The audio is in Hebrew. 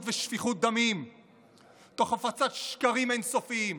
ושפיכות דמים תוך הפצת שקרים אין-סופיים.